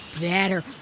better